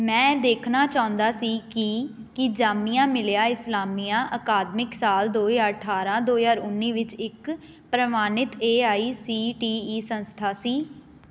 ਮੈਂ ਦੇਖਣਾ ਚਾਹੁੰਦਾ ਸੀ ਕਿ ਕੀ ਜਾਮੀਆ ਮਿਲਿਆ ਇਸਲਾਮੀਆ ਅਕਾਦਮਿਕ ਸਾਲ ਦੋ ਹਜ਼ਾਰ ਅਠਾਰਾਂ ਦੋ ਹਜ਼ਾਰ ਉੱਨੀ ਵਿੱਚ ਇੱਕ ਪ੍ਰਵਾਨਿਤ A I C T E ਸੰਸਥਾ ਸੀ